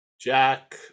Jack